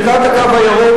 אתה חולק